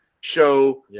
show